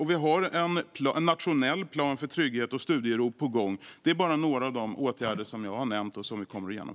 Och en nationell plan för trygghet och studiero är på gång. Det är bara några av de åtgärder som jag har nämnt och som vi kommer att vidta.